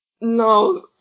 No